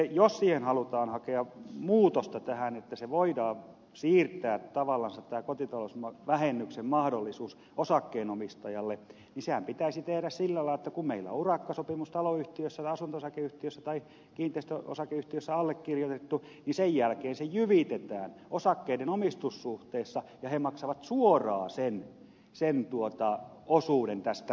jos halutaan hakea muutosta tähän että voidaan siirtää tavallansa tämä kotitalousvähennyksen mahdollisuus osakkeenomistajalle niin sehän pitäisi tehdä sillä lailla että kun meillä on urakkasopimus taloyhtiössä asunto osakeyhtiössä tai kiinteistöosakeyhtiössä allekirjoitettu niin sen jälkeen se jyvitetään osakkeiden omistussuhteissa ja he maksavat suoraan sen osuuden tästä korjausremontista